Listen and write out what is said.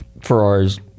ferraris